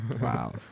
Wow